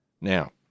Now